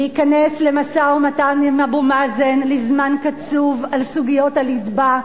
להיכנס למשא ומתן עם אבו מאזן לזמן קצוב על סוגיות הליבה.